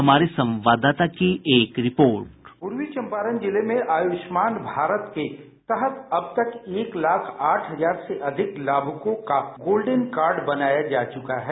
हमारे संवाददाता की एक रिपोर्ट बाईट पूर्वी चम्पारण जिले में आयुष्मान भारत योजना के तहत अब तक लगभग एक लाख आठ हजार से अधिक लाभुकों का गोल्डन कार्ड बनाया जा चुका है